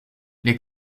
les